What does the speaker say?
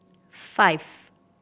five